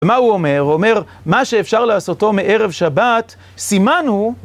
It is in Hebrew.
ומה הוא אומר? הוא אומר, מה שאפשר לעשותו מערב שבת, סימן הוא